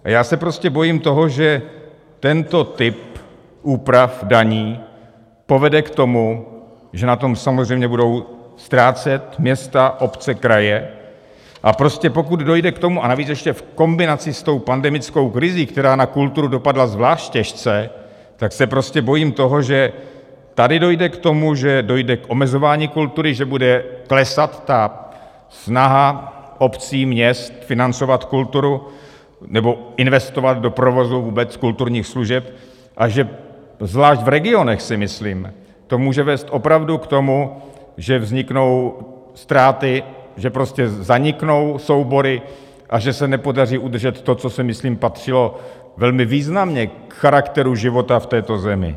Já se prostě bojím toho, že tento typ úprav daní povede k tomu, že na tom samozřejmě budou ztrácet města, obce, kraje, a prostě pokud dojde k tomu, a navíc ještě v kombinaci s tou pandemickou krizí, která na kulturu dopadla zvlášť těžce, tak se prostě bojím toho, že tady dojde k tomu, že dojde k omezování kultury, že bude klesat ta snaha obcí, měst financovat kulturu nebo investovat do provozu vůbec kulturních služeb a že zvlášť v regionech, si myslím, to může vést opravdu k tomu, že vzniknou ztráty, že prostě zaniknou soubory a že se nepodaří udržet to, co, myslím, patřilo velmi významně k charakteru života v této zemi.